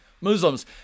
Muslims